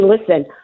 listen